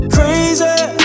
Crazy